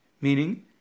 meaning